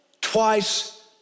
twice